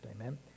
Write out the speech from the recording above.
Amen